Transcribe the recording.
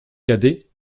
cadet